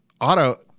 auto